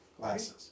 glasses